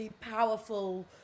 powerful